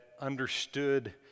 understood